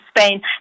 Spain